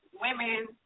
women